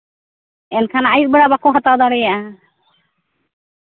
ᱮᱱᱠᱷᱟᱱ ᱟᱹᱭᱩᱵ ᱵᱮᱲᱟ ᱵᱟᱠᱚ ᱦᱟᱛᱟᱣ ᱫᱟᱲᱮᱭᱟᱜᱼᱟ